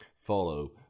follow